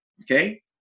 Okay